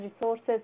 resources